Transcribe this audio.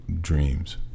dreams